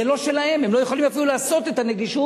זה לא שלהם, הם לא יכולים אפילו לעשות את הנגישות.